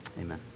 Amen